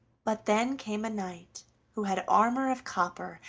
but then came a knight who had armor of copper,